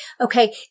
Okay